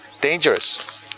dangerous